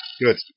Good